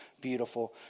beautiful